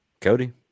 cody